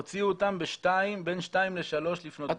הוציאו אותם בין שתיים לשלוש לפנות בוקר.